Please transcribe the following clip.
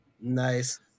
Nice